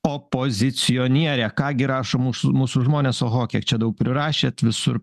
opozicionierė ką gi rašo mūsų mūsų žmonės oho kiek čia daug prirašėt visur